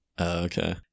okay